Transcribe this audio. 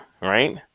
right